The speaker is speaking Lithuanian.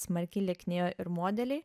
smarkiai lieknėjo ir modeliai